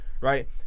right